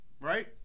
right